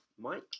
Mike